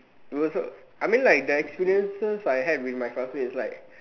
you also I mean like the experiences I had with my classmates like